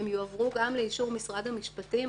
הם יועברו גם לאישור משרד המשפטים.